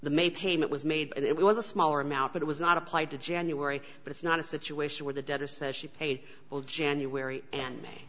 the may payment was made and it was a smaller amount but it was not applied to january but it's not a situation where the debtor says she paid well january and